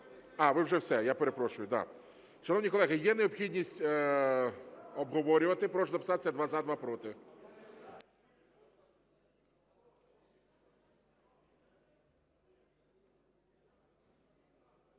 А, ви вже все, я перепрошую, да. Шановні колеги, є необхідність обговорювати? Прошу записатися: два – за, два – проти.